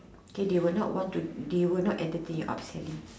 K they will not want to they will not entertain your upselling